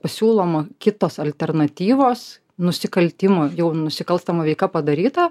pasiūloma kitos alternatyvos nusikaltimo jau nusikalstama veika padaryta